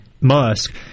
Musk –